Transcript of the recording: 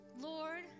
Lord